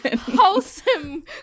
Wholesome